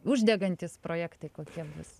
uždegantys projektai kokie bus